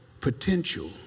potential